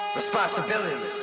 responsibility